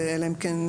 ואלא אם כן,